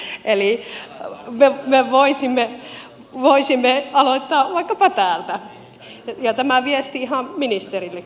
eli me voisimme aloittaa vaikkapa täältä ja tämä on viesti ihan ministerillekin